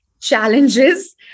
challenges